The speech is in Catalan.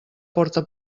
porta